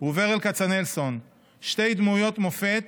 וברל כצנלסון, שתי דמויות מופת